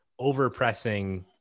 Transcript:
overpressing